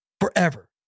forever